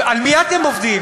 על מי אתם עובדים?